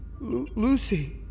Lucy